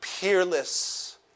peerless